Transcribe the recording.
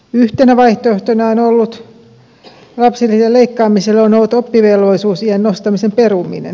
yhtenä vaihtoehtona lapsilisän leikkaamiselle on ollut oppivelvollisuusiän nostamisen peruminen